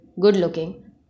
good-looking